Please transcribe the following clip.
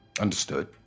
Understood